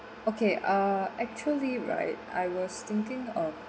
okay uh actually right I was thinking of